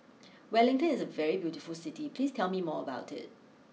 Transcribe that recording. Wellington is a very beautiful City please tell me more about it